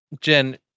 jen